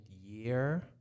year